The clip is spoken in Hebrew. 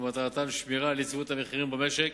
שמטרתן שמירה על יציבות המחירים במשק